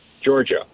Georgia